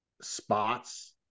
spots